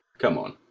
come on.